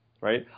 Right